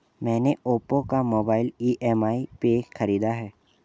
मैने ओप्पो का mobile EMI पे खरीदा है